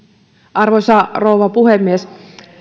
arvoisa rouva puhemies